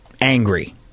angry